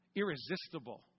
irresistible